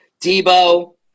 Debo